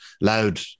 loud